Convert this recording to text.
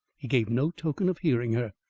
he gave no token of hearing her.